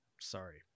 sorry